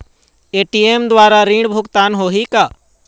ATM द्वारा ऋण भुगतान होही का?